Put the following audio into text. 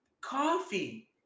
coffee